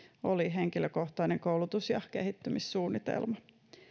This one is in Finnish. oli henkilökohtainen koulutus ja kehittymissuunnitelma